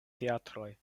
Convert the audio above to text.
teatroj